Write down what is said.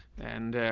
and, ah,